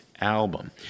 album